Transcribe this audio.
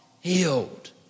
healed